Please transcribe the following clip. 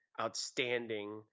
outstanding